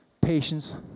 patience